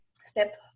Step